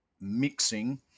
mixing